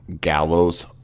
Gallows